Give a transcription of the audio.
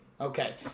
Okay